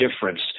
difference